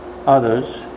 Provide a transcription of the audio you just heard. others